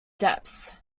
debts